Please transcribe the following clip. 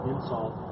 insult